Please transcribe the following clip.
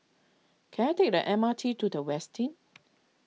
can I take the M R T to the Westin